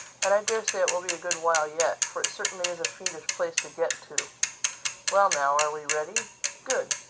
and i daresay it will be a good while yet for it certainly is a fiendish place to get to well now, are we ready good!